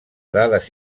dades